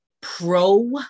pro